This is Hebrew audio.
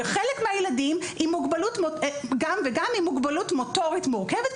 וחלק מהילדים גם עם מוגבלות מוטורית מורכבת,